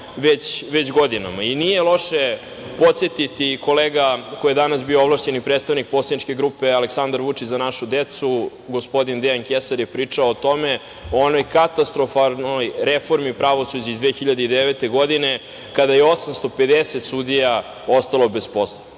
već godinama i nije loš podsetiti, kolega koji je danas bio ovlašćeni predstavnik Poslaničke grupe Aleksandar Vučić – Za našu decu, gospodin Dejan Kesar je pričao o tome, o onoj katastrofalnoj reformi pravosuđa iz 2009. godine kada je 850 sudija ostalo bez posla.